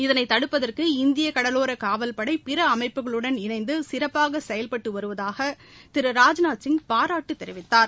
இதனை தடுப்பதற்கு இந்திய கடலோர காவல்படை பிற அமைப்புகளுடன் இணைந்துசிறப்பாக செயல்பட்டு வருவதாக திரு ராஜ்நாத்சிங் பாராட்டு தெரிவித்தார்